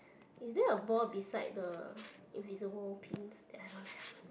is there a ball beside the invisible paints